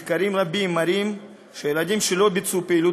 מחקרים רבים מראים שילדים שלא ביצעו פעילות